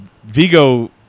Vigo